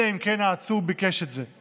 אלא אם כן העצור ביקש את זה.